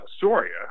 Soria